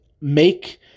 make